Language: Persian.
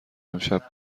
امشب